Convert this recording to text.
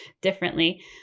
differently